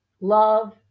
love